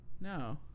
No